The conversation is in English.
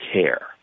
care